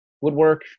woodwork